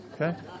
Okay